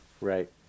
Right